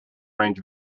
range